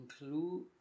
include